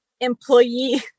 employee